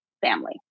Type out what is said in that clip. family